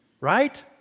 right